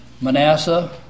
Manasseh